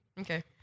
okay